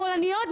שמאלניות,